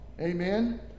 amen